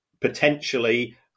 potentially